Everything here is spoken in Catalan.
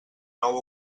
nou